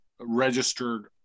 registered